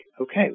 Okay